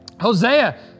Hosea